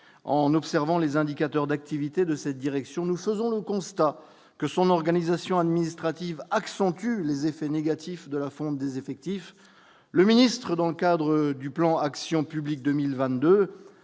en observant les indicateurs d'activité de cette direction, nous faisons le constat que son organisation administrative accentue les effets négatifs de la fonte des effectifs le ministre dans le cadre du plan action publique 2022